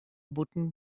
bûten